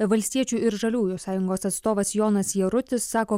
valstiečių ir žaliųjų sąjungos atstovas jonas jarutis sako